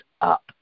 up